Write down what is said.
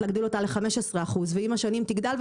להגדיל אותה לחמש עשרה אחוז ועם השנים היא תגדל.